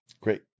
Great